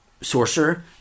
sorcerer